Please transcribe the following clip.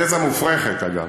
תזה מופרכת, אגב,